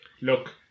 look